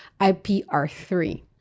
IPR3